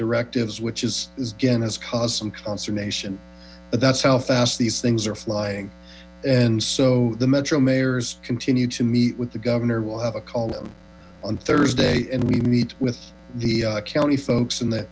directives which again has caused some consternation but that's how fast these things are flying and so the metro mayors continue to meet with the governor we'll have a call with him on thursday and we meet with the county folks and the